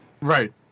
Right